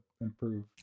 improve